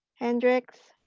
hendricks,